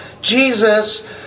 Jesus